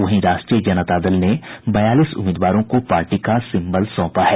वहीं राष्ट्रीय जनता दल ने बयालीस उम्मीदवारों को पार्टी का सिम्बल सौंपा है